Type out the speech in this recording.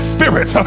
spirit